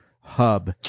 hub